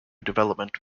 development